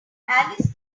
alice